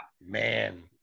man